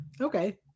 Okay